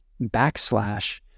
backslash